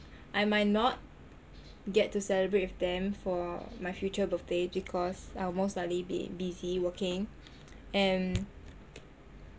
I might not get to celebrate with them for my future birthday because I will most likely be busy working and